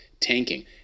tanking